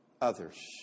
others